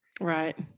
Right